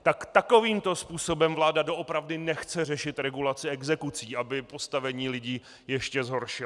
Tak takovýmto způsobem vláda doopravdy nechce řešit regulaci exekucí, aby postavení lidí ještě zhoršila.